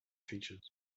features